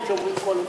קודם כול,